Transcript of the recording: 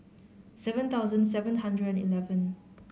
seven thousand seven hundred eleven